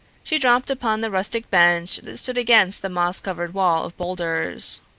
she dropped upon the rustic bench that stood against the moss-covered wall of boulders.